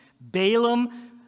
Balaam